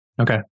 Okay